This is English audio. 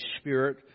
Spirit